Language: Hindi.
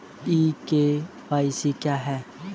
ई के.वाई.सी क्या है?